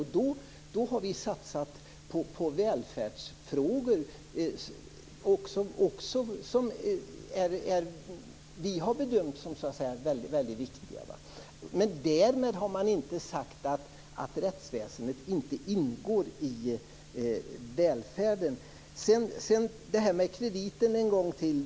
Vi har satsat på välfärdsfrågor som vi har bedömt som viktiga. Därmed har man inte sagt att rättsväsendet inte ingår i välfärden. Jag vill ta upp detta med krediten en gång till.